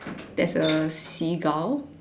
there's a seagull